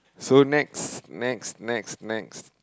so next next next next